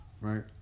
right